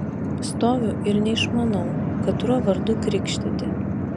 stoviu ir neišmanau katruo vardu krikštyti